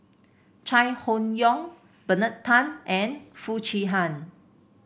Chai Hon Yoong Bernard Tan and Foo Chee Han